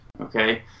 okay